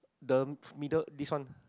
the middle this one